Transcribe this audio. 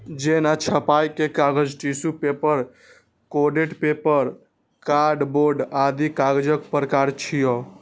जेना छपाइ के कागज, tissue paper, coated paper, card board आदि कागजक प्रकार छियै